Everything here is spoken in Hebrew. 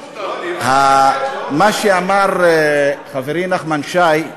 מה שאמר חברי נחמן שי,